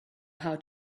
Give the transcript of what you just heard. how